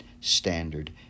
standard